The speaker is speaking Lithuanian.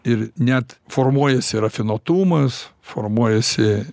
ir net formuojasi rafinuotumas formuojasi